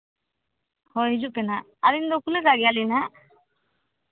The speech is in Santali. ᱦᱳᱭ ᱦᱤᱡᱩᱜ ᱵᱮᱱ ᱦᱟᱸᱜ ᱟᱹᱞᱤᱧ ᱫᱚ ᱠᱷᱩᱞᱟᱹᱣ ᱠᱟᱜ ᱜᱮᱭᱟᱞᱤᱧ ᱦᱟᱸᱜ